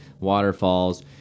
waterfalls